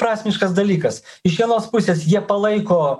prasmiškas dalykas iš vienos pusės jie palaiko